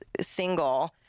single